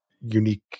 unique